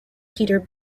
peter